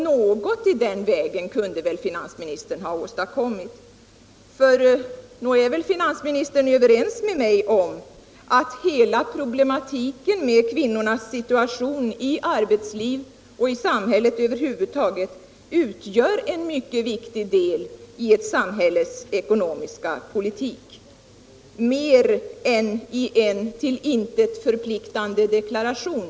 Något i den vägen kunde väl finansministern ha åstadkommit, för nog är väl finansministern överens med mig om att hela problematiken med kvinnornas situation i arbetslivet och i samhället över huvud taget utgör en mycket viktig del i ett samhälles ekonomiska politik — mer än i en till intet förpliktande deklaration.